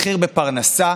מחיר בפרנסה,